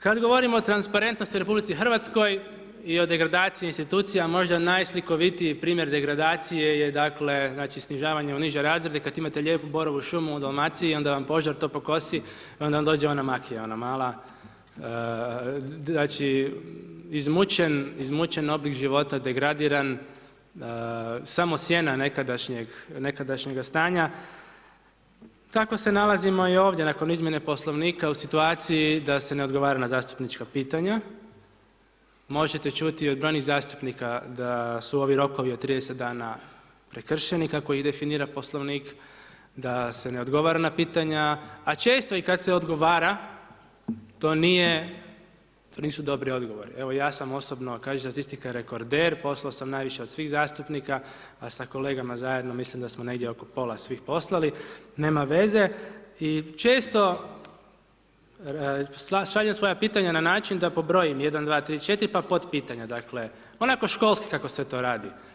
Kad govorimo o transparentnosti u RH i o degradaciji institucija možda najslikovitiji primjer degradacije je dakle snižavanje u niže razrede, kad imate lijepu borovu šumu u Dalmaciji onda vam požar to pokosi i onda vam dođe ona makija ona mala, znači izmučen oblik života, degradiran samo sjena nekadašnjeg, nekadašnjega stanja, tako se nalazimo i ovdje nakon izmjene Poslovnika u situaciji da se ne odgovara na zastupnička pitanja, možete čuti od onih zastupnika da su ovi rokovi od 30 dana prekršeni kako ih definira Poslovnik, da se ne odgovara na pitanja, a često i kad se odgovara to nije to nisu dobri odgovori, evo ja sam osobno kaže statistika rekorder, poslao sam najviše od svih zastupnika, a sa kolegama zajedno mislim da smo negdje oko pola svih poslali, nema veze i često šaljem svoja pitanja na način da pobrojim 1,2,3,4 pa potpitanja, onako školski kako se to radi.